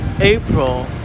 April